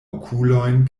okulojn